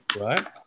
Right